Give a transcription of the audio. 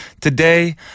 Today